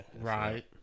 Right